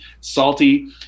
salty